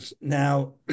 Now